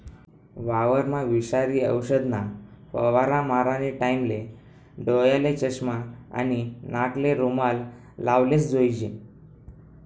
वावरमा विषारी औषधना फवारा मारानी टाईमले डोयाले चष्मा आणि नाकले रुमाल लावलेच जोईजे